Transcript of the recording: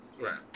Right